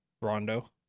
Rondo